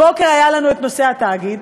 הבוקר היה לנו נושא התאגיד,